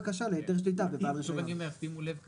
רק שימו לב כאן,